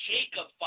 Jacob